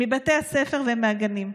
מבתי הספר ומהגנים.